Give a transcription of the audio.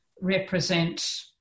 represent